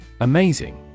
Amazing